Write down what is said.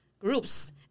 groups